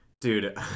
Dude